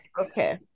Okay